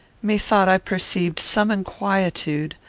methought i perceived some inquietude,